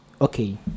okay